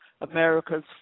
America's